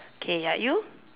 okay ya you